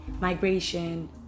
migration